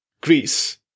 Greece